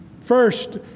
First